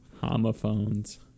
homophones